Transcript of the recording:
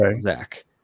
Zach